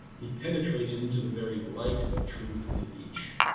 he penetrates into the very light of truth in each.